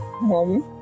mom